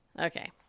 Okay